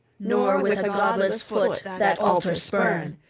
nor with a godless foot that altar spurn.